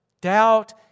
Doubt